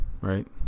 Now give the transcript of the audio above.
right